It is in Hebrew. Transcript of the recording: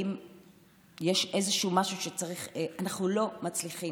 אם יש איזשהו משהו שצריך, אנחנו לא מצליחים.